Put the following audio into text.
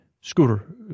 Scooter